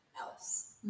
else